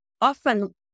often